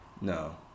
No